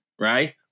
right